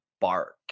bark